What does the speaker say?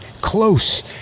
close